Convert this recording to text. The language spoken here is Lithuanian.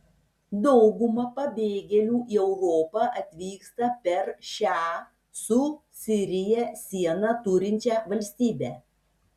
dauguma pabėgėlių į europą atvyksta per šią su sirija sieną turinčią valstybę